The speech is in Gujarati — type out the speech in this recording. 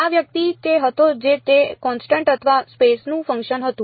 આ વ્યક્તિ તે હતો જે તે કોન્સટન્ટ અથવા સ્પેસ નું ફંકશન હતું